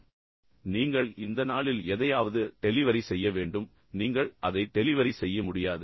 எனவே நீங்கள் இந்த நாளில் எதையாவது டெலிவரி செய்ய வேண்டும் ஆனால் நீங்கள் அதை டெலிவரி செய்ய முடியாது